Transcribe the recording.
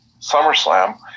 SummerSlam